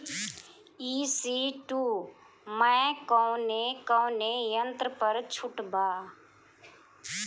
ई.सी टू मै कौने कौने यंत्र पर छुट बा?